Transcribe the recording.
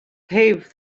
pave